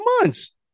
months